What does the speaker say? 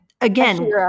again